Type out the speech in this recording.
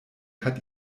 hat